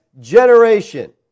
generation